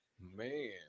man